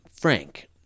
Frank